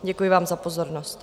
Děkuji vám za pozornost.